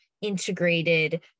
integrated